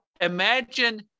imagine